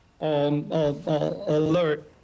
alert